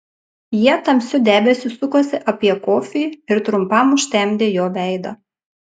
jie tamsiu debesiu sukosi apie kofį ir trumpam užtemdė jo veidą